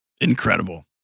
Incredible